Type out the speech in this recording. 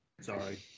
Sorry